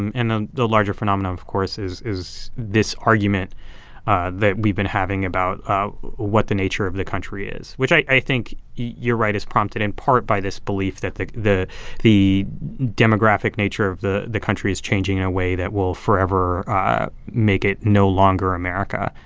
ah the larger phenomenon, of course, is is this argument that we've been having about ah what the nature of the country is, which i i think you're right is prompted, in part, by this belief that the the demographic nature of the the country is changing in a way that will forever make it no longer america.